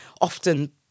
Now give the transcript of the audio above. often